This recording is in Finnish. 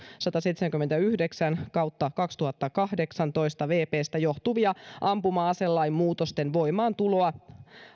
sataseitsemänkymmentäyhdeksän kautta kaksituhattakahdeksantoista vpstä johtuvia ampuma aselain muutosten voimaantuloa